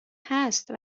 هست